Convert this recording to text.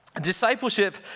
Discipleship